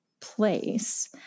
place